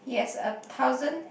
he has a thousand